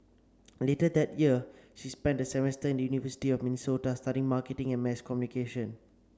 later that year she spent a semester in the University of Minnesota studying marketing and mass communication